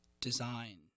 design